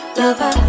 lover